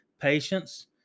patience